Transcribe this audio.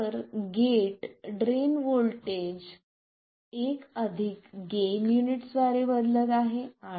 तर gate drain voltage 1 gain units द्वारे बदलत आहे